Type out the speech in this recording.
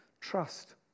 Trust